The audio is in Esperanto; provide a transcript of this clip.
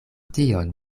tion